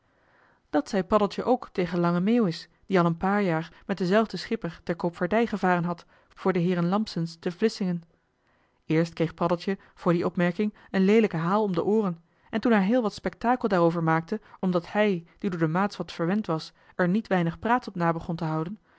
dat zei paddeltje ook tegen lange meeuwis die al een paar jaar met denzelfden schipper ter koopvaardij gevaren had voor de heeren lampsens te vlissingen eerst kreeg paddeltje voor die opmerking een leelijken haal om de ooren en toen hij heel wat spektakel daarover maakte omdat hij die door de maats wat verwend was er niet weinig praats op na begon te houden